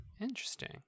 Interesting